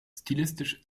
stilistisch